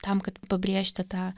tam kad pabrėžti tą